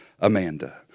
Amanda